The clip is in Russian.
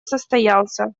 состоялся